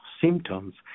symptoms